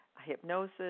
hypnosis